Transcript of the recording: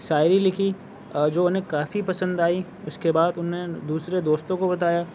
شاعری لکھی جو اُنہیں کافی پسند آئی اُس کے بعد اُن نے دوسرے دوستوں کو بتایا